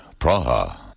Praha